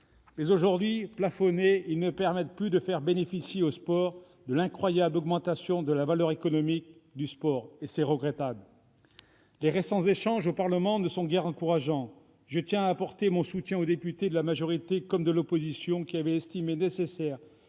Mais aujourd'hui plafonnés, ils ne permettent plus de faire bénéficier le sport de l'incroyable augmentation de la valeur économique du sport, et c'est regrettable. Les récents échanges qui se sont tenus au Parlement ne sont guère encourageants. Je tiens à apporter mon soutien aux députés de la majorité comme de l'opposition qui avaient estimé nécessaire